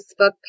Facebook